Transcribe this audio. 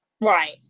Right